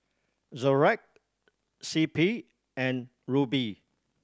Xorex C P and Rubi